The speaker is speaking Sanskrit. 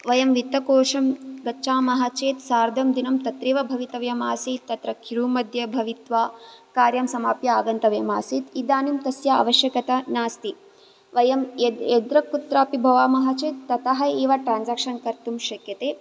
वयं वित्तकोषं गच्छामः चेत् सार्धं दिनं तत्रैव भवितव्यम् आसीत् तत्र क्यू मध्ये भवित्वा कार्यं सामाप्य आगन्तव्यम् आसीत् इदानीं तस्य आवश्यकता नास्ति वयं यत् यत्र कुत्रापि भवामः चेत् ततः एव ट्राञ्जाक्शन् कर्तुं शक्यते